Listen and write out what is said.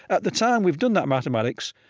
at the time we've done that mathematics,